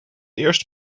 eerste